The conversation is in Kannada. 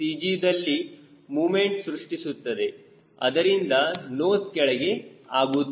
G ದಲ್ಲಿ ಮೊಮೆಂಟ್ ಸೃಷ್ಟಿಸುತ್ತದೆ ಅದರಿಂದ ನೋಸ್ ಕೆಳಗೆ ಆಗುತ್ತದೆ